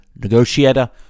negotiator